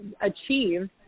achieve